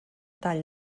tall